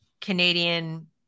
Canadian